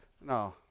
no